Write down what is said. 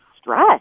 stress